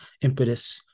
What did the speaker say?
impetus